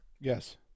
Yes